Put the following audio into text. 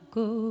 go